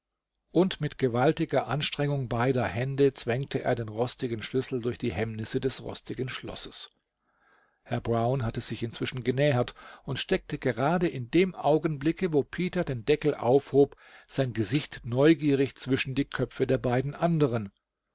und mit gewaltiger anstrengung beider hände zwängte er den rostigen schlüssel durch die hemmnisse des rostigen schlosses herr brown hatte sich inzwischen genähert und steckte gerade in dem augenblicke wo peter den deckel aufhob sein gesicht neugierig zwischen die köpfe der beiden andern